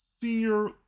senior